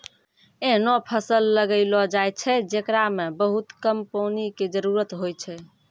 ऐहनो फसल लगैलो जाय छै, जेकरा मॅ बहुत कम पानी के जरूरत होय छै